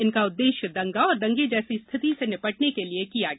इसका उद्देश्य दंगा और दंगे जैसी स्थिति से निपटने के लिए किया गया